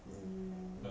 mm